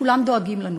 כולם דואגים לנו.